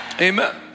Amen